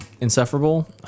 insufferable